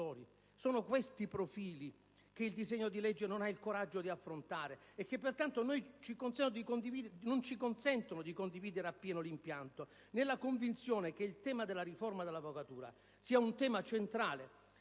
Sono questi i profili che il disegno di legge non ha il coraggio di affrontare e che pertanto non ci consentono di condividerne appieno l'impianto, nella convinzione che il tema della riforma dell'avvocatura sia un tema centrale